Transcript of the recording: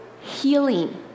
healing